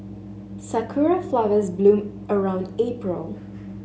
sakura flowers bloom around April